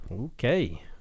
Okay